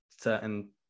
certain